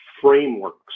frameworks